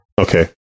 Okay